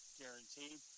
guaranteed